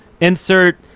Insert